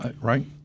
right